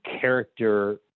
character